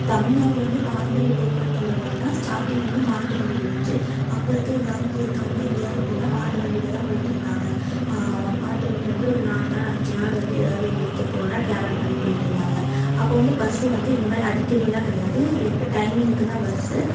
தமிழ்நாட்டில் வந்து பாரம்பரிய போக்குவரத்து முறைகள்ன்னா ஸ்டார்டிங்கில் வந்து மாட்டு வண்டி இருந்துச்சு அப்போ இருக்கிற கிராமத்தில் இருக்கறவங்கல்லாம் எங்கேயாவது போனால் மாட்டு வண்டியில் தான் போயிட்டுருந்தாங்க மாட்டு வண்டியில் வந்து ஒரு நாலு நாள் அஞ்சு நாள் வந்து எதாவது ஊருக்கு போகணுன்னா ட்ராவல் பண்ணி போயிட்டுருந்தாங்க அப்போ வந்து பஸ்ஸு வந்து இந்த மாதிரி அடிக்கடிலாம் கிடையாது ஏ டைமிங்க்கு தான் பஸ்ஸு